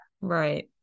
Right